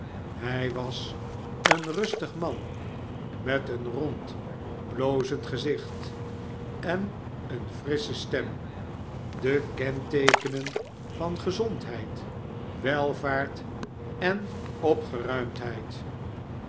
hij was een rustig man met een rond blozend gezicht en eene frissche stem de kenteekenen van gezondheid welvaart en opgeruimdheid